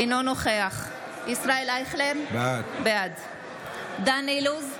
אינו נוכח ישראל אייכלר, בעד דן אילוז,